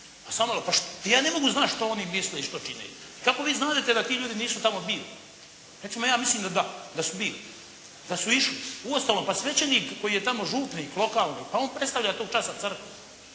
vidi tamo. Ja ne mogu znati što oni misle i što čine. Kako vi znadete da ti ljudi nisu tamo bili? Recimo ja mislim da su bili, da su išli. Uostalom, pa svećenik koji je tamo župnik lokalni pa on predstavlja tog časa Crkvu.